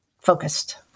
focused